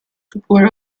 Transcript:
kapoor